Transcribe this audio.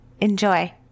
Enjoy